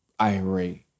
irate